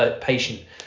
patient